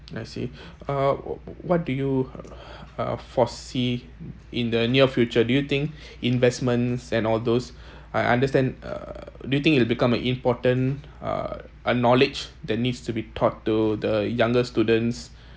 I see uh w~ what do you uh foresee in the near future do you think investments and all those I understand uh do you think it'll become a important uh a knowledge that needs to be taught to the younger students